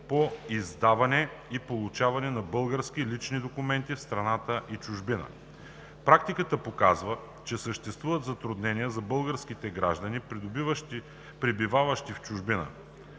по издаване и получаване на български лични документи в страната и чужбина. Практиката показва, че съществуват затруднения за българските граждани, пребиваващи в чужбина,